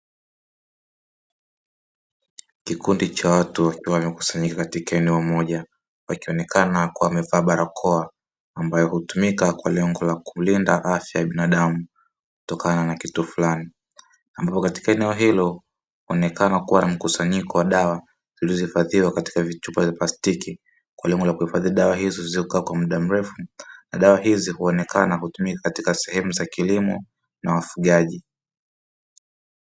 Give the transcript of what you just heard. Kikundi cha watu wakiwa wamekusanyika katika eneo moja, wakionekana kwa wamevaa barakoa ambayo hutumika kwa lengo la kulinda afya ya binadamu kutokana na kitu fulani. Ambapo katika eneo hilo inaonekana kuwa na mkusanyiko wa dawa zilizohifadhiwa katika chupa za plastiki, kwa lengo la kuhifadhi dawa hizo zilizokaa kwa muda mrefu na dawa hizi huonekana hutumika katika sehemu za kilimo na wafugaji.